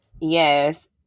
Yes